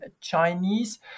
Chinese